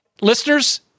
Listeners